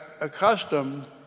accustomed